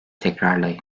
tekrarlayın